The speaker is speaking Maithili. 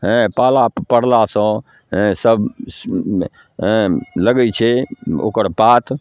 हेँ पाला पड़लासँ हेँ सब हेँ लगै छै ओकर पात